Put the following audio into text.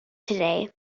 today